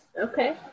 Okay